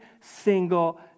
single